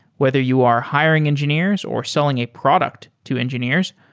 whether you are hiring engineers or selling a product to engineers,